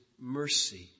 mercy